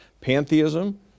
pantheism